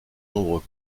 nombre